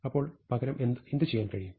അപ്പോൾ പകരം എന്തു ചെയ്യാൻ കഴിയും